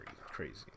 crazy